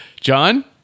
john